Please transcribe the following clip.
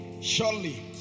Surely